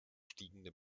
fliegende